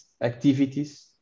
activities